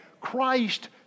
Christ